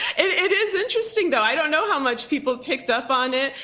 it it is interesting though. i don't know how much people picked up on it.